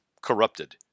corrupted